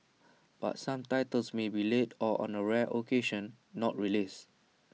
but some titles may be late or on A rare occasion not released